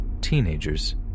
teenager's